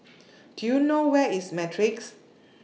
Do YOU know Where IS Matrix